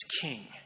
King